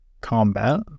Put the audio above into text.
combat